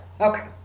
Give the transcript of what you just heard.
Okay